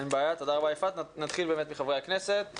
אין בעיה, תודה רבה יפעת, נתחיל באמת מחברי הכנסת.